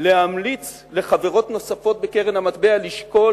להמליץ לחברות נוספות בקרן המטבע לשקול